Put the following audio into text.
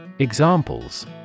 Examples